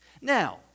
Now